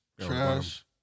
Trash